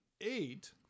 eight